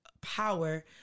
power